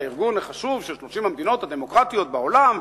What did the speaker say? לארגון החשוב של 30 המדינות הדמוקרטיות בעולם,